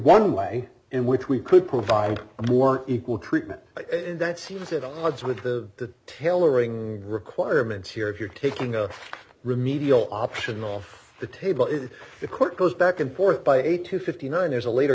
one way in which we could provide a more equal treatment but that seems at odds with the tailoring requirements here if you're taking a remedial option off the table if the court goes back and forth by eight to fifty nine there's a later